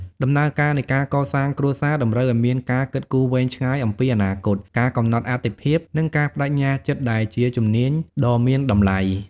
ដំណើរការនៃការកសាងគ្រួសារតម្រូវឱ្យមានការគិតគូរវែងឆ្ងាយអំពីអនាគត ការកំណត់អាទិភាព និងការប្តេជ្ញាចិត្ត ដែលជាជំនាញដ៏មានតម្លៃ។